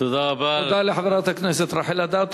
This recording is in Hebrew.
תודה רבה לחברת הכנסת רחל אדטו.